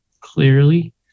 clearly